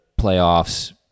playoffs